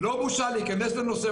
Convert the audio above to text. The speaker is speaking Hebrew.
לא בושה להיכנס לנושא,